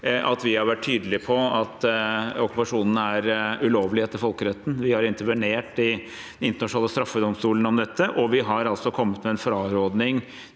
vi har vært tydelige på at okkupasjonen er ulovlig etter folkeretten. Vi har intervenert i Den internasjonale straffedomstolen om dette, og vi har altså frarådet